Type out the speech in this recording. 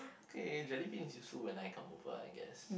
okay jellybean is useful when I come over I guess